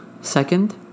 Second